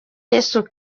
yesu